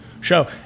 show